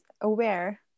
aware